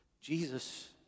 Jesus